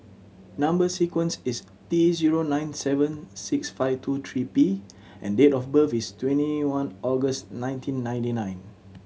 number sequence is T zero nine seven six five two three P and date of birth is twenty one August nineteen ninety nine